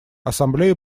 ассамблея